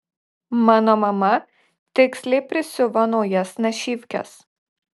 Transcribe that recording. mano mama tiksliai prisiuvo naujas našyvkes